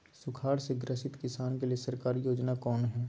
सुखाड़ से ग्रसित किसान के लिए सरकारी योजना कौन हय?